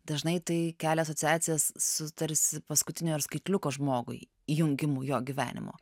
dažnai tai kelia asociacijas su tarsi paskutinio ir skaitliuko žmogui įjungimu jo gyvenimo